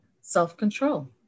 self-control